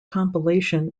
compilation